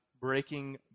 Breaking